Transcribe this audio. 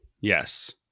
yes